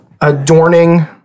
adorning